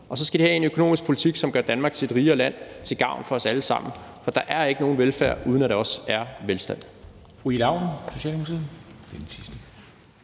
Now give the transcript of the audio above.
Og så skal vi have en økonomisk politik, som gør Danmark til et rigere land til gavn for os alle sammen, for der er ikke nogen velfærd, uden at der også er velstand.